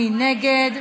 מי נגד?